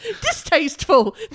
Distasteful